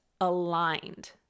aligned